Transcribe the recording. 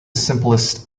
simplest